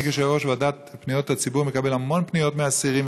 אני כיושב-ראש ועדת פניות הציבור מקבל המון פניות מאסירים,